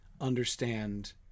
understand